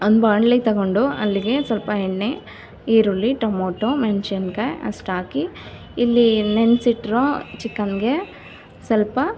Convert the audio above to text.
ಒಂದು ಬಾಣಲೆ ತಗೊಂಡು ಅಲ್ಲಿಗೆ ಸ್ವಲ್ಪ ಎಣ್ಣೆ ಈರುಳ್ಳಿ ಟೊಮೊಟೊ ಮೆಣಸಿನ್ಕಾಯಿ ಅಷ್ಟು ಹಾಕಿ ಇಲ್ಲಿ ನೆನೆಸಿಟ್ಟಿರೊ ಚಿಕನ್ಗೆ ಸ್ವಲ್ಪ